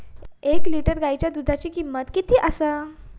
एक लिटर गायीच्या दुधाची किमंत किती आसा?